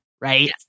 right